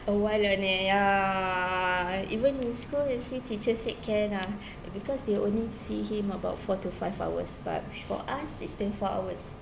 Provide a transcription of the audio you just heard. oh why don't they ya even in school you see teacher said can ah be~ because they only see him about four to five hours but for us is twenty four hours